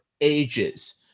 ages